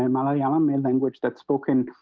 and malayalam and language that's spoken.